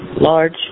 large